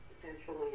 potentially